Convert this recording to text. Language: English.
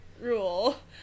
rule